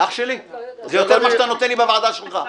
אח שלי, זה יותר ממה שאתה נותן לי בוועדה שלך.